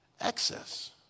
excess